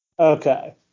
Okay